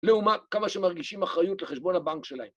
לעומת כמה שמרגישים אחריות לחשבון הבנק שלהם.